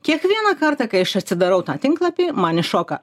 kiekvieną kartą kai aš atsidarau tą tinklapį man įšoka